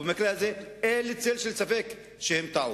ובמקרה הזה אין לי צל של ספק שהם טעו.